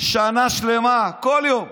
שנה שלמה, כל יום,